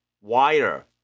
wider